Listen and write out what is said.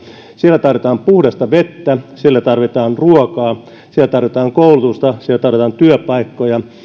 siellä tarvitaan puhdasta vettä siellä tarvitaan ruokaa siellä tarvitaan koulutusta siellä tarvitaan työpaikkoja